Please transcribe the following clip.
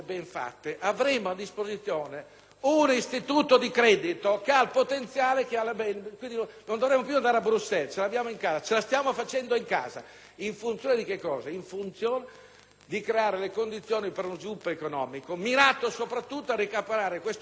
un istituto di credito che ha il potenziale della BEI; quindi non dovremo più andare a Bruxelles, perché la stiamo facendo in casa. In funzione di cosa? Al fine di creare le condizioni per lo sviluppo economico mirato soprattutto a recuperare questo maledetto *gap* infrastrutturale che abbiamo,